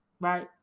right